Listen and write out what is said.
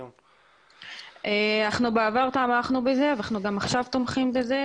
אנחנו בעבר תמכנו בזה ואנחנו גם עכשיו תומכים בזה,